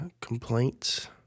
complaints